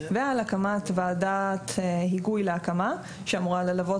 ועל הקמת ועדת היגוי להקמה שאמורה ללוות